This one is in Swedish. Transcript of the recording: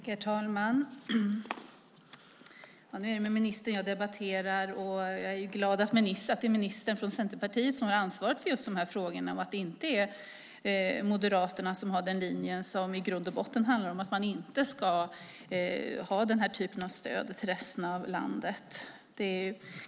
Herr talman! Nu är det med ministern jag debatterar, och jag är glad att det är en minister från Centerpartiet som har ansvaret för dessa frågor och inte Moderaterna, som har linjen att det i grund och botten handlar om att man inte ska ha den här typen av stöd till resten av landet.